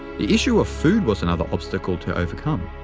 the issue of food was another obstacle to overcome.